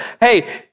hey